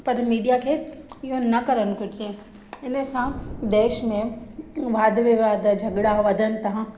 पर मीडिया खे इहो न करणु घुरिजे इनसां देश में वाद विवाद झगड़ा वधनि था